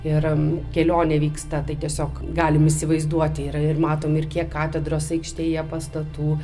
ir kelionė vyksta tai tiesiog galim įsivaizduoti yra ir matom ir kiek katedros aikštėje pastatų